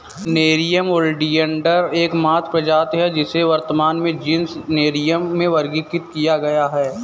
nerium oleander एकमात्र प्रजाति है जिसे वर्तमान में जीनस नेरियम में वर्गीकृत किया गया है